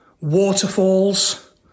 waterfalls